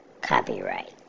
Copyright